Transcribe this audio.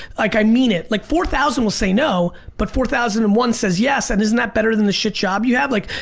like, i mean it, like four thousand will say no, but four thousand and one says yes, and isn't that better than the shit job you have? like,